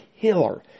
killer